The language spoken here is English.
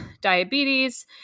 diabetes